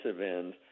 end